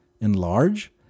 enlarge